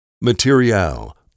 Material